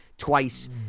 twice